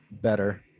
better